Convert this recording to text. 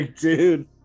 dude